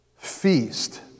feast